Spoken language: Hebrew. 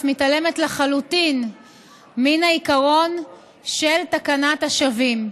אף מתעלמת לחלוטין מן העיקרון של תקנת השבים.